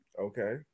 Okay